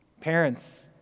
Parents